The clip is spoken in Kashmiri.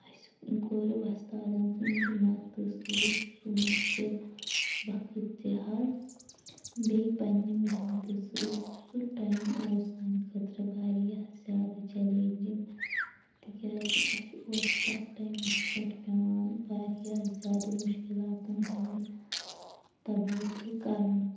اَسہِ کوٚر وستادَن ہٕنٛدۍ مَدتھِ سۭتۍ سُہ مُشکِل وقت تہِ حل بیٚیہِ پنٛنہِ محنتہٕ سۭتۍ سُہ ٹایم اوس سانہِ خٲطرٕ واریاہ زیادٕ چیلیننٛجِنٛگ تِکیٛازِ اَسہِ اوس تَتھ ٹایمَس پٮ۪ٹھ پیوان واریاہ زیادٕ مُشکِلاتَن ہُنٛد تبودلہٕ کَرُن